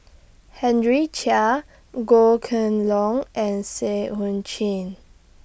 Henry Chia Goh Kheng Long and Seah EU Chin